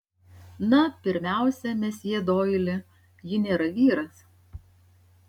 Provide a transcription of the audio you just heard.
na pirmiausia mesjė doili ji nėra vyras